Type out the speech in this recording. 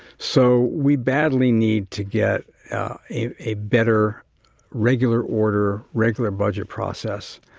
so we badly need to get a better regular order, regular budget process.